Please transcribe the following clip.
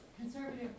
conservative